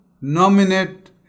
nominate